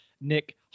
Nick